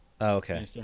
okay